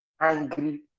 angry